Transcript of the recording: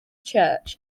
church